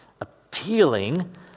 appealing